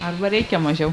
arba reikia mažiau